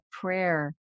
prayer